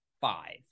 five